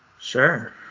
sure